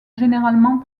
généralement